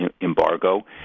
embargo